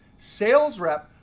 sales rep,